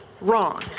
wrong